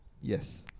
Yes